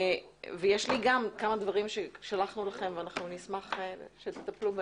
גם יש לי כמה דברים ששלחנו לכם ונשמח שתטפלו בהם.